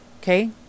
okay